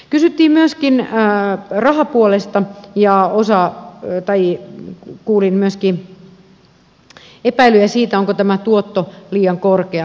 kysyttiin myöskin rahapuolesta ja kuulin myöskin epäilyjä siitä onko tämä tuotto liian korkea